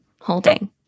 holding